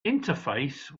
interface